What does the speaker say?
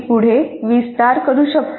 मी पुढे विस्तार करू शकतो